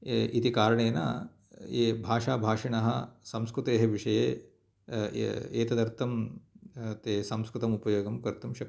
इति कारणेन ये भाषाभाषिणः संस्कृतेः विषये एतदर्थं ते संस्कृतम् उपयोगं कर्तुं शक्नुवन्ति